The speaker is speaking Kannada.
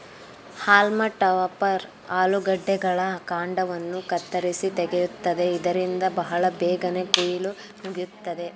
ಹಾಲ್ಮ ಟಾಪರ್ ಆಲೂಗಡ್ಡೆಗಳ ಕಾಂಡವನ್ನು ಕತ್ತರಿಸಿ ತೆಗೆಯುತ್ತದೆ ಇದರಿಂದ ಬಹಳ ಬೇಗನೆ ಕುಯಿಲು ಮುಗಿಯುತ್ತದೆ